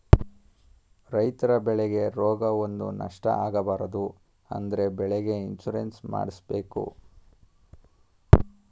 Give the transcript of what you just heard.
ರೈತರ ಬೆಳೆಗೆ ರೋಗ ಬಂದು ನಷ್ಟ ಆಗಬಾರದು ಅಂದ್ರೆ ಬೆಳೆಗೆ ಇನ್ಸೂರೆನ್ಸ್ ಮಾಡ್ದಸ್ಸಬೇಕು